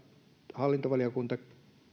hallintovaliokunta